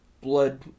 blood